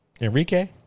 Enrique